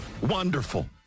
wonderful